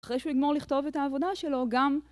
אחרי שהוא יגמור לכתוב את העבודה שלו גם